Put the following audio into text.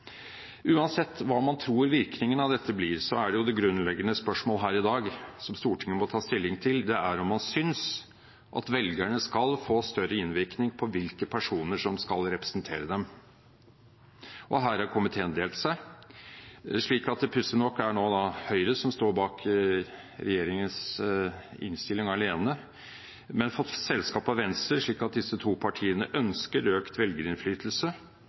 om man synes velgerne skal få større innvirkning på hvilke personer som skal representere dem. Her har komiteen delt seg, slik at det pussig nok nå er Høyre som står bak regjeringens innstilling alene, men med selskap av Venstre. Disse to partiene ønsker økt velgerinnflytelse